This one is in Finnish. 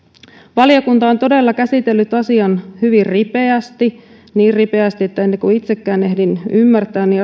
valiokunta on todella käsitellyt asian hyvin ripeästi niin ripeästi että ennen kuin itsekään ehdin ymmärtää niin